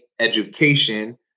education